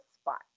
spot